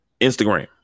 Instagram